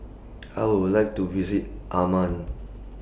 I Would like to visit Amman